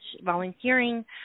volunteering